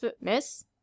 Miss